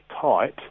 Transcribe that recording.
tight